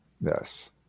Yes